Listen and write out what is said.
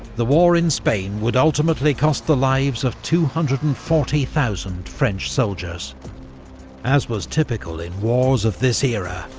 the war in spain would ultimately cost the lives of two hundred and forty thousand french soldiers as was typical in wars of this era,